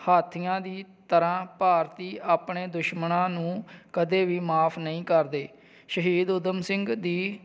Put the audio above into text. ਹਾਥੀਆਂ ਦੀ ਤਰ੍ਹਾਂ ਭਾਰਤੀ ਆਪਣੇ ਦੁਸ਼ਮਣਾਂ ਨੂੰ ਕਦੇ ਵੀ ਮਾਫ਼ ਨਹੀਂ ਕਰਦੇ ਸ਼ਹੀਦ ਊਧਮ ਸਿੰਘ ਦੀ